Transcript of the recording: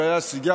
זה היה סיגריות.